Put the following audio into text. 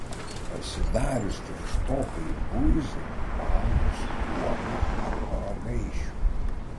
pasidarius tirštokai buizai valgo su duona arba ragaišiu